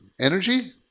energy